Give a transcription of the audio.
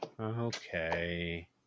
okay